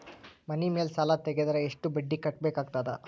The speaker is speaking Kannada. ಮನಿ ಮೇಲ್ ಸಾಲ ತೆಗೆದರ ಎಷ್ಟ ಬಡ್ಡಿ ಕಟ್ಟಬೇಕಾಗತದ?